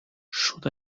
should